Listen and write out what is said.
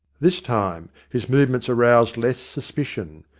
this time his movements aroused less suspicion.